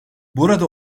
burada